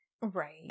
Right